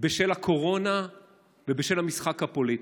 בשל הקורונה ובשל המשחק הפוליטי.